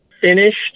finished